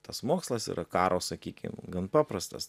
tas mokslas yra karo sakykim gan paprastas